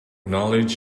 knowledge